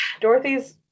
Dorothy's